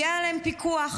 יהיה עליהם פיקוח.